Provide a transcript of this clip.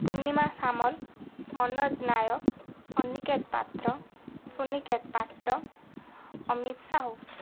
Purnima Samal Manoj Nayak Aniket Patra Suniket Patra Amit Sahu